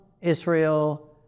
Israel